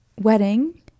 wedding